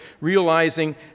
realizing